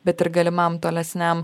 bet ir galimam tolesniam